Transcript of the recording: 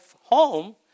home